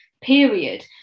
period